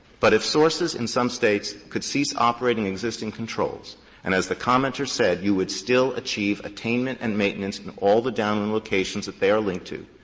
but if sources in some states could cease operating existing controls and as the commenter said, you would still achieve attainment and maintenance in all the downwind locations that they are linked to,